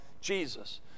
Jesus